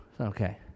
Okay